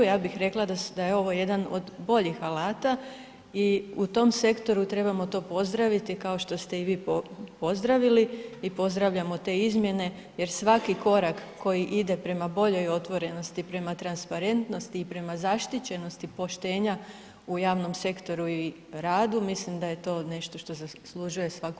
Ja bih rekla da je ovo jedan od boljih alata i u tom sektoru trebamo to pozdraviti kao što ste i vi pozdravili i pozdravljamo te izmjene jer svaki korak koji ide prema boljoj otvorenosti, prema transparentnosti i prema zaštićenosti poštenja u javnom sektoru i radu, mislim da je to nešto što zaslužuje svaku pohvalu.